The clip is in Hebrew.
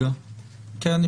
כי עם כל הכבוד,